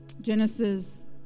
genesis